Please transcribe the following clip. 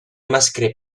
maschere